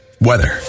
weather